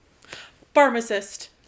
pharmacist